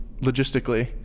logistically